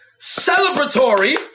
celebratory